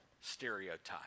stereotype